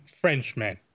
frenchman